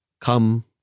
come